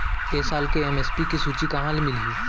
ए साल के एम.एस.पी के सूची कहाँ ले मिलही?